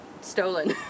stolen